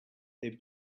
they